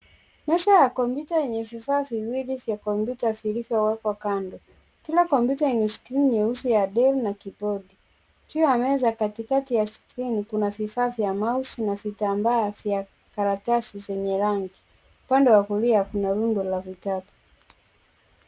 Meza ya kompyuta yenye kompyuta mbili na vifaa vilivyowekwa. Kila kompyuta ina skrini nyeusi ya deli na kibodi. Juu ya meza katikati ya skrini kuna vifaa vya mausi na vitambaa vya karatasi zenye rangi. Upande wa kulia kuna rundo la vitabu.